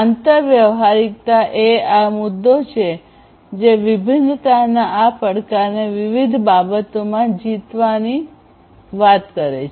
આંતરવ્યવહારિકતા એ આ મુદ્દો છે જે વિભિન્નતાના આ પડકારને વિવિધ બાબતોમાં જીતવાની વાત કરે છે